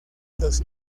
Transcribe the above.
los